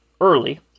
early